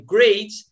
Great